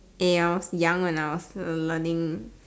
eh I was young and I was learning